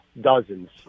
dozens